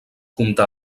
comptà